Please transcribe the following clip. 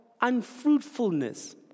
unfruitfulness